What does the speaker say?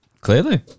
Clearly